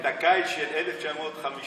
את הקיץ של 1951,